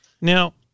Now